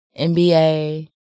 NBA